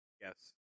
Yes